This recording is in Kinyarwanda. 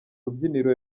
rubyiniro